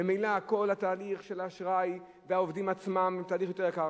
ממילא כל התהליך של האשראי ושל העובדים עצמם הוא תהליך יותר יקר.